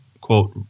quote